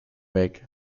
weg